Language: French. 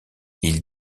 ils